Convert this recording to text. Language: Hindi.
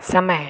समय